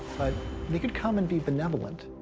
but they could come and be benevolent.